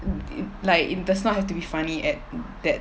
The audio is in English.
like it does not have to be funny at that